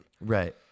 Right